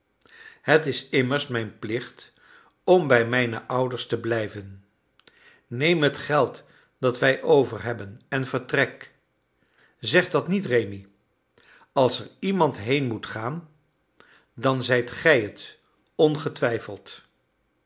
het is immers mijn plicht om bij mijne ouders te blijven neem het geld dat wij overhebben en vertrek zeg dat niet rémi als er iemand heen moet gaan dan zijt gij het ongetwijfeld